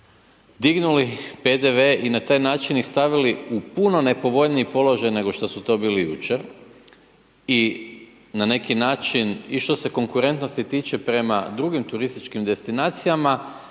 dignuli PDV i na taj način ih stavili u puno nepovoljniji položaj nego što su to bili jučer, i na neki način i što se konkurentnosti tiče prema drugim turističkim destinacijama,